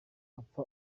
apfa